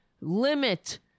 limit